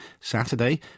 Saturday